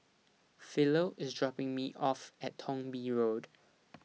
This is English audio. Philo IS dropping Me off At Thong Bee Road